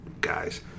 guys